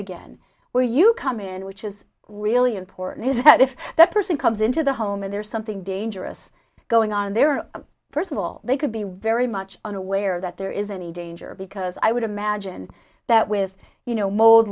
again where you come in which is really important is that if that person comes into the home and there's something dangerous going on there first of all they could be very much unaware that there is any danger because i would imagine that with you know mold